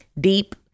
deep